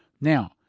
Now